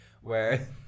where-